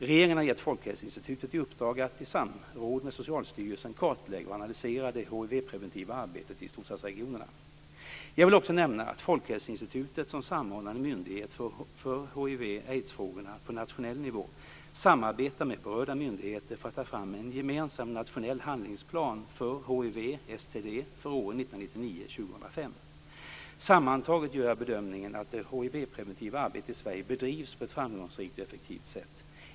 Regeringen har gett Folkhälsoinstitutet i uppdrag att, i samråd med Socialstyrelsen, kartlägga och analysera det hivpreventiva arbetet i storstadsregionerna. Jag vill också nämna att Folkhälsoinstitutet som samordnande myndighet för hiv STD för åren 1999-2005. Sammantaget gör jag bedömningen att det hivpreventiva arbetet i Sverige bedrivs på ett framgångsrikt och effektivt sätt.